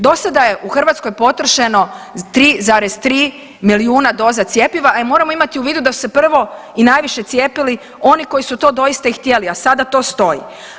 Do sada je u Hrvatskoj potrošen 3,3 milijuna doza cjepiva, a moram imati u vidu da su se prvo i najviše cijepili oni koji su to doista i htjeli, a sada to stoji.